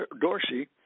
Dorsey